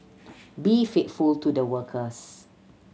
be faithful to the workers